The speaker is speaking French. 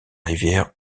rivière